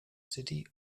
city